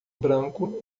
branco